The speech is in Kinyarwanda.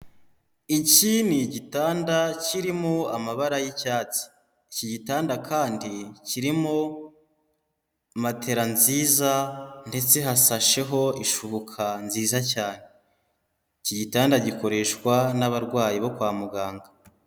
Iki ni igitanda kirimo amabara y'icyatsi, iki gitanda kandi kirimo matera nziza ndetse hashasheho ishuka nziza cyane, iki gitanda gikoreshwa n'abarwayi bo kwa muganga.